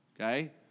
okay